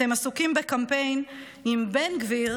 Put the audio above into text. אתם עסוקים בקמפיין עם בן גביר,